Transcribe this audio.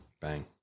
Bang